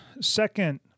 second